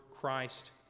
Christ